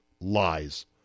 lies